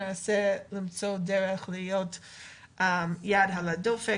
ננסה למצוא דרך להיות עם יד על הדופק,